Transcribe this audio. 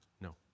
No